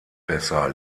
besser